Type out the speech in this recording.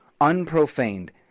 unprofaned